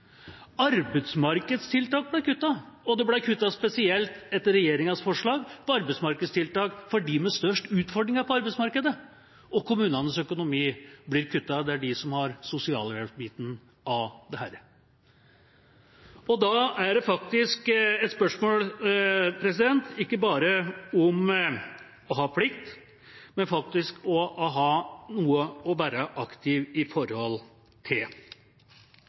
Arbeidsmarkedstiltak ble kuttet, og det ble kuttet spesielt etter regjeringas forslag om arbeidsmarkedstiltak for dem med størst utfordringer på arbeidsmarkedet, og kommunenes økonomi ble kuttet. Det er kommunene som har sosialhjelpsbiten av dette. Da er det et spørsmål ikke bare om å ha plikt, men faktisk om å ha noe å være aktiv i. Så til